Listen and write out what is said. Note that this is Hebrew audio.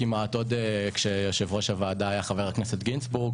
עוד כשבראש הוועדה עמד חבר הכנסת גינזבורג